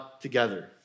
together